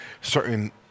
certain